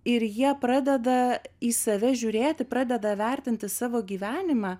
ir jie pradeda į save žiūrėti pradeda vertinti savo gyvenimą